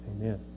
Amen